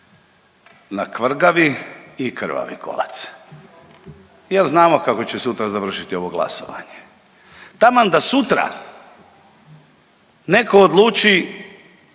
na kvrgavi i krvavi kolac. Jer znamo kako će sutra završiti ovo glasovanje. Taman da sutra netko odluči